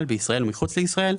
בישראל מחוץ לישראל,